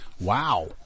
Wow